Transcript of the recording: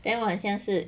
then 我很相似